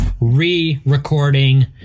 re-recording